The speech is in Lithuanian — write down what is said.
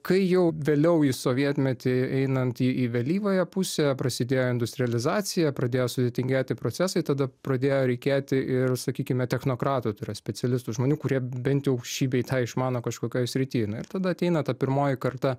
kai jau vėliau į sovietmetį einant į į vėlyvąją pusę prasidėjo industrializacija pradėjo sudėtingėti procesai tada pradėjo reikėti ir sakykime technokratų tai yra specialistų žmonių kurie bent jau šį bei tą išmano kažkokioj srity na ir tada ateina ta pirmoji karta